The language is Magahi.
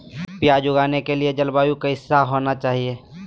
प्याज उगाने के लिए जलवायु कैसा होना चाहिए?